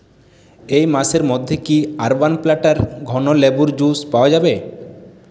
এই মাসের মধ্যে কি আরবান প্ল্যাটার ঘন লেবুর জুস পাওয়া যাবে